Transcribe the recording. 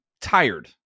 tired